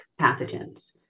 pathogens